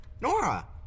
Nora